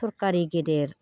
सरखारि गेदेर